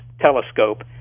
telescope